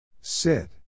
Sit